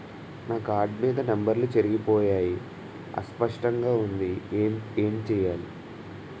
నా కార్డ్ మీద నంబర్లు చెరిగిపోయాయి అస్పష్టంగా వుంది ఏంటి చేయాలి?